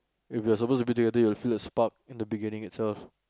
if we are suppose to be together we will feel a spark in the beginning itself